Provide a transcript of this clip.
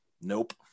Nope